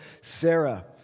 Sarah